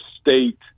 State